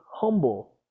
humble